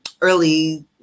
early